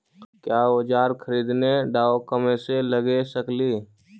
क्या ओजार खरीदने ड़ाओकमेसे लगे सकेली?